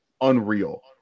Unreal